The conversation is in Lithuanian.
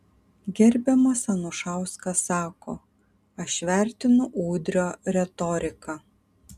gerbiamas anušauskas sako aš vertinu udrio retoriką